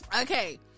Okay